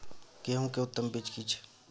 गेहूं के उत्तम बीज की छै?